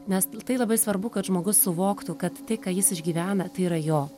nes tai labai svarbu kad žmogus suvoktų kad tai ką jis išgyvena tai yra jo